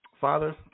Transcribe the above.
Father